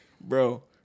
Bro